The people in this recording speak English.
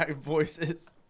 voices